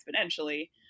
exponentially